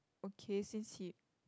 okay since he